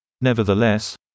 Nevertheless